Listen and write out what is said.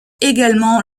également